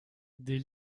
des